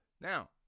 now